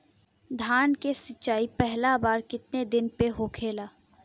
धान के सिचाई पहिला बार कितना दिन पे होखेला?